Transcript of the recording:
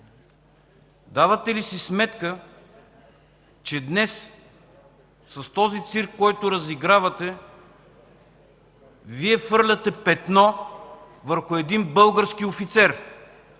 Давате ли си сметка, че днес с цирка, който разигравате, Вие хвърляте петно върху един български офицер,